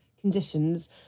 conditions